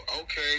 okay